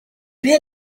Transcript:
here